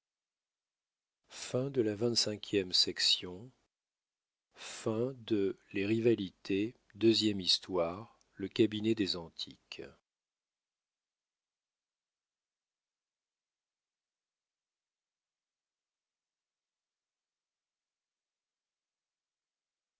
antiques les rivalités deuxième histoire le cabinet des antiques